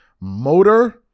motor